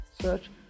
search